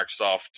Microsoft